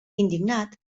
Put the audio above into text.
indignat